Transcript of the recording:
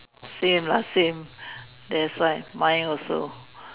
same lah same there's like mine also